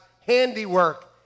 handiwork